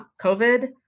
covid